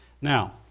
Now